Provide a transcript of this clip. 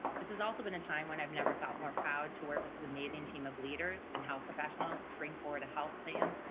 this has also been a time when i've never felt more proud to work with this amazing team of leaders and health professionals, to bring forward a health plan,